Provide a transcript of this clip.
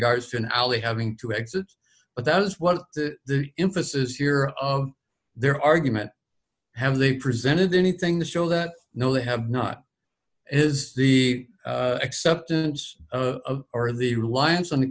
regards to an alley having two exits but that is what the emphasis here of their argument have they presented anything to show that no they have not is the acceptance or the reliance on the